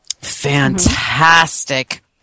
Fantastic